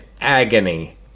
agony